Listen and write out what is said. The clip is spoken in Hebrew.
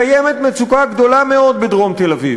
קיימת מצוקה גדולה מאוד בדרום תל-אביב.